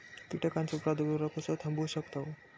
कीटकांचो प्रादुर्भाव कसो थांबवू शकतव?